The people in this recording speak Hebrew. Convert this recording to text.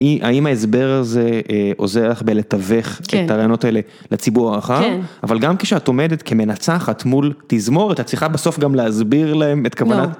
האם ההסבר הזה עוזר לך לתווך את הרעיונות האלה לציבור הרחב? אבל גם כשאת עומדת כמנצחת מול תזמורת, את צריכה בסוף גם להסביר להם את כוונת...